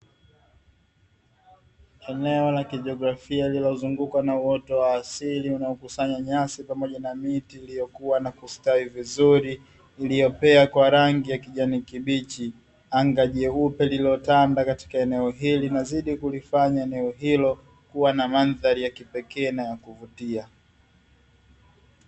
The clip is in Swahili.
Eneo la kigeographia linauzunguka na wote wa asili unaokusanya nyasi pamoja na miti iliyokuwa na kustawi vizuri, iliyopea kwa rangi ya kijani kibichi anga jeupe lilotanda katika eneo hili nazidi kulifanya eneo hilo kuwa na mandhari ya kipekee na ya kuvutia.